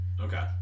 Okay